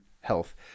Health